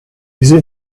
diese